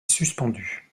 suspendue